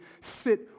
sit